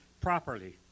properly